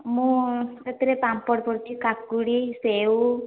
ମୁଁ ଏଥିରେ ପାମ୍ପଡ଼ ପଡ଼ିଛି କାକୁଡ଼ି ସେଉ